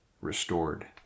restored